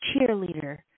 cheerleader